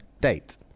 date